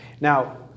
Now